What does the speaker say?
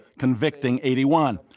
convicting eighty one,